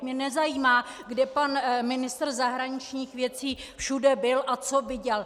Mě nezajímá, kde pan ministr zahraničních věcí všude byl a co viděl!